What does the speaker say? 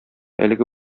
әлеге